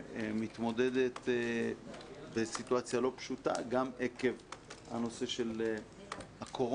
שמתמודדת בסיטואציה לא פשוטה גם עקב הנושא של הקורונה